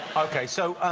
ok, so,